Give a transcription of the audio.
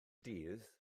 dydd